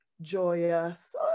Joyous